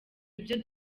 ibyo